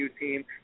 team